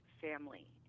family